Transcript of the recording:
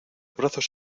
brazos